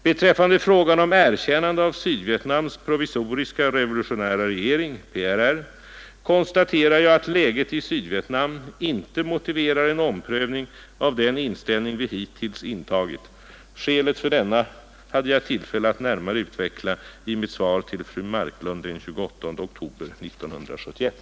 Beträffande frågan om erkännande av Sydvietnams provisoriska revolutionära regering — PRR — konstaterar jag att läget i Sydvietnam inte motiverar en omprövning av den inställning vi hittills intagit. Skälet för denna hade jag tillfälle att närmare utveckla i mitt svar till fru Marklund den 28 oktober 1971.